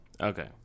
okay